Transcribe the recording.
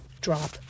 drop